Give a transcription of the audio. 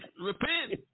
repent